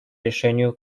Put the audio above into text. решению